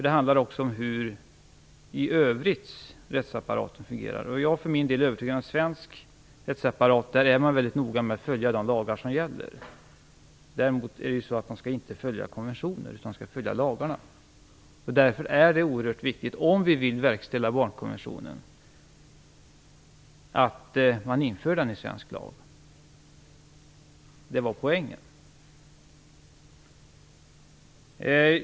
Det handlar också om hur rättsapparaten i övrigt fungerar. Jag för min del är övertygad om att man i den svenska rättsapparaten är väldigt noga med att följa de lagar som gäller. Däremot skall man inte följa konventioner. Därför är det oerhört viktigt att vi inför barnkonventionen i svensk lag om vi vill verkställa den. Det var poängen.